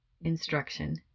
instruction